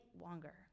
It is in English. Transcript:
longer